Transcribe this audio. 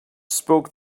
spoke